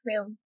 room